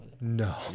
No